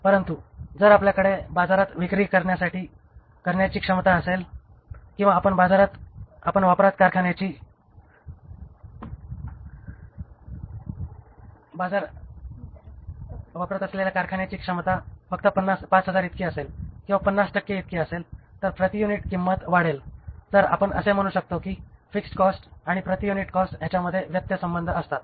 परंतु जर आपल्याकडे बाजारात विक्री करण्याची क्षमता असेल किंवा आपण वापरत असलेली कारखान्याची क्षमता फक्त 5000 इतकी असेल किंवा ५० टक्के इतकी असेल तर प्रति युनिट किंमत वाढेल तर आपण असे म्हणू शकतो की फिक्स्ड कॉस्ट आणि प्रति युनिट कॉस्ट ह्यांच्यामध्ये व्यत्य संबंध असतात